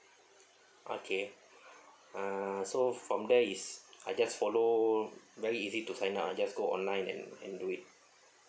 okay uh so from there is I just follow very easy to sign up I just go online and and do it